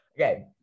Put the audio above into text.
Okay